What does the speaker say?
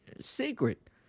secret